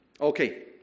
Okay